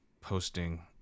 posting